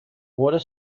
water